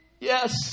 Yes